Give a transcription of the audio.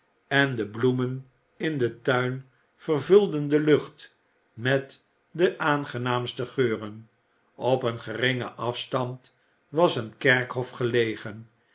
en de bloemen in den tuin vervulden de lucht met de aangenaamste geuren op een geringen afstand was een kerkhof gelegen